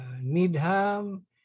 Needham